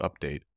update